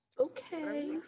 okay